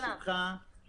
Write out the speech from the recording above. נמצא